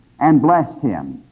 and blessed him,